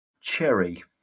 Cherry